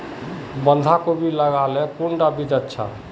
बंधाकोबी लगाले कुंडा बीज अच्छा?